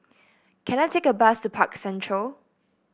can I take a bus to Park Central